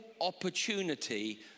opportunity